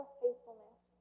faithfulness